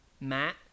Matt